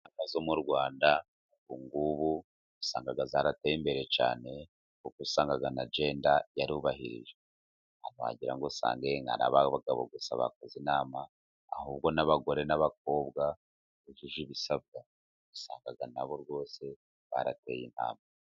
Ingo zo mu Rwanda ubungubu usanga zarateye imbere cyane kuko usanga na jenda yarubahirije wagirango ngo asange ba bagabo gusa bakoze inama ahubwo n'abagore n'abakobwa bujuje ibisabwa wasanga na bo rwose barateye intambwe.